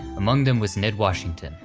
among them was ned washington,